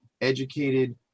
educated